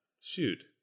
shoot